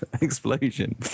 explosion